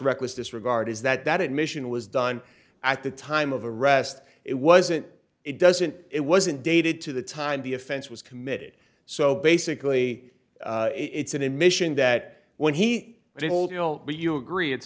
reckless disregard is that that admission was done at the time of arrest it wasn't it doesn't it wasn't dated to the time the offense was committed so basically it's an admission that when he did you agree it's